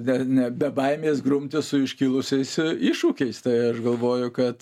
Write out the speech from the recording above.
ne ne be baimės grumtis su iškilusiais iššūkiais tai aš galvoju kad